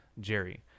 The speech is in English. Jerry